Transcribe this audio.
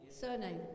Surname